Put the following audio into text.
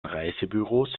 reisebüros